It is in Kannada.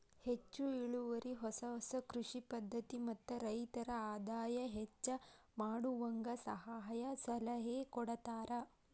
ಹೆಚ್ಚು ಇಳುವರಿ ಹೊಸ ಹೊಸ ಕೃಷಿ ಪದ್ಧತಿ ಮತ್ತ ರೈತರ ಆದಾಯ ಹೆಚ್ಚ ಮಾಡುವಂಗ ಸಹಾಯ ಸಲಹೆ ಕೊಡತಾರ